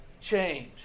change